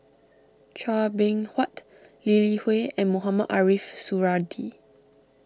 Chua Beng Huat Lee Li Hui and Mohamed Ariff Suradi